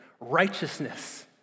Righteousness